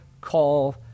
call